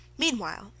Meanwhile